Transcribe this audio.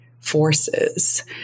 forces